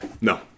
No